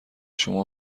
شما